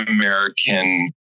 American